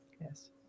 Yes